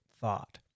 thought